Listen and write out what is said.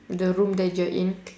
the room that you're in